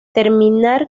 terminar